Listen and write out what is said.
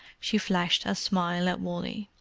she flashed a smile at wally.